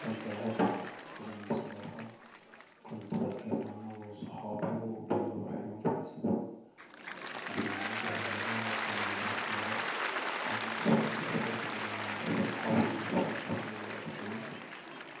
كنت بحب كرة القدم بصراحة كنت بتجمع أنا وصحابي وبنروح يوم في الاسبوع بناجر نادي وكنا بنروح نلعب كنت بشوف الفرصة أن أنا أشوف صحابي اللي انا مشوفتهومش بقالي وقت طويل